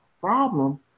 problem